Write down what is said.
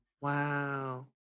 Wow